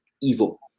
evil